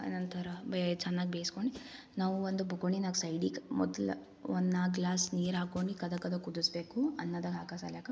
ಅನಂತರ ಬೆ ಚೆನ್ನಾಗ್ ಬೇಯಿಸ್ಕೊಂಡು ನಾವು ಒಂದು ಬುಕುಣಿನಾಗ ಸೈಡಿಗೆ ಮೊದ್ಲು ಒಂದ್ನಾಲ್ಕು ಗ್ಲಾಸ್ ನೀರು ಹಾಕೊಂಡು ಕದ ಕದ ಕುದುಸ್ಬೇಕು ಅನ್ನದ ಹಾಕೋ ಸಲುವಾಗಿ